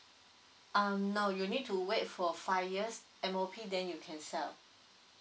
um no you need to wait for five years M_O_P then you can sell